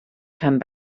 come